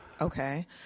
Okay